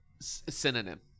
synonym